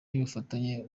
y’ubufatanye